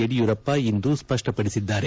ಯಡಿಯೂರಪ್ಪ ಇಂದು ಸ್ಪಷ್ಟಪಡಿಸಿದ್ದಾರೆ